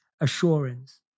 assurance